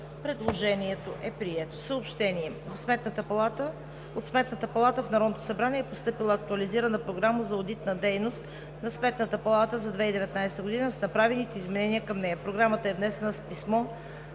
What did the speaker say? Предложението е прието.